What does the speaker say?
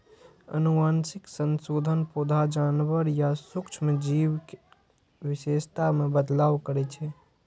आनुवंशिक संशोधन पौधा, जानवर या सूक्ष्म जीव के विशेषता मे बदलाव करै छै